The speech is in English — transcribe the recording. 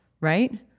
right